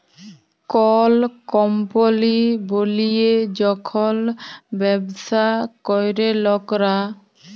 call কম্পলি বলিয়ে যখল ব্যবসা ক্যরে লকরা